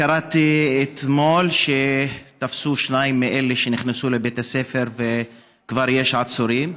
קראתי אתמול שתפסו שניים מאלה שנכנסו לבית הספר וכבר יש עצורים.